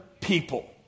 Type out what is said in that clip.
people